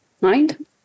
mind